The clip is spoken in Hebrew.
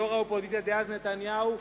יושב-ראש האופוזיציה דאז, נתניהו,